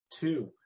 Two